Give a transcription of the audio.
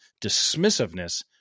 dismissiveness